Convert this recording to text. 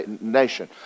nation